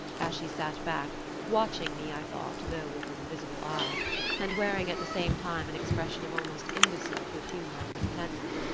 as she sat back watching me, i thought, though with invisible eyes and wearing at the same time an expression of almost imbecile good-humour and contentment,